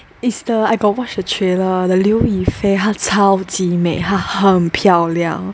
is the I got watch the trailer the 刘亦菲她超级美她很漂亮